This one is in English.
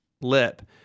lip